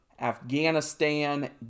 Afghanistan